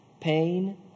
pain